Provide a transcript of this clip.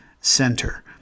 center